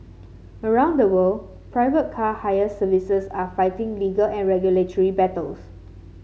around the world private car hire services are fighting legal and regulatory battles